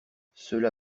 cela